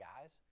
guys